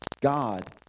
God